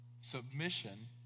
Submission